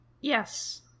Yes